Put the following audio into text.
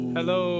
Hello